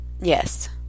Yes